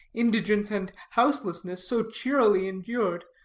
indigence, and houselessness, so cheerily endured,